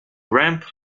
ramp